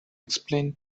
explain